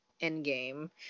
Endgame